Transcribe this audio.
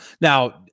now